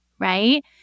Right